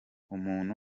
umuntu